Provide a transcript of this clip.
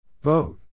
Vote